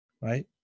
Right